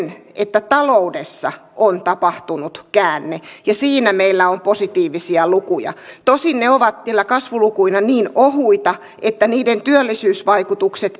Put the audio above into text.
että taloudessa on tapahtunut käänne ja siinä meillä on positiivisia lukuja tosin ne ovat vielä kasvulukuina niin ohuita että niiden työllisyysvaikutukset